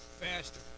faster